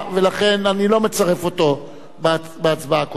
ולכן אני לא מצרף אותו בהצבעה הקודמת.